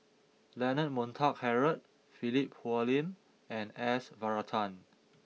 Leonard Montague Harrod Philip Hoalim and S Varathan